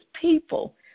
people